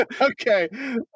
Okay